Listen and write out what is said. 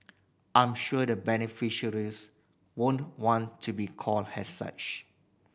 I'm sure the beneficiaries wouldn't want to be called as such